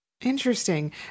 Interesting